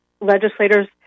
legislators